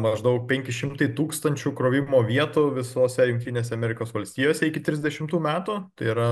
maždaug penki šimtai tūkstančių krovimo vietų visose jungtinėse amerikos valstijose iki trisdešimtų metų tai yra